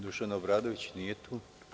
Dušan Obradović nije tu?